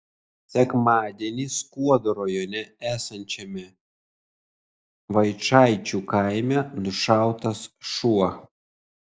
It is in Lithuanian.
sekmadienį skuodo rajone esančiame vaičaičių kaime nušautas šuo